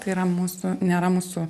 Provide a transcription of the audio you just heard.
tai yra mūsų nėra mūsų